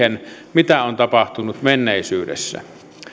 mitä on tapahtunut menneisyydessä